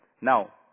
Now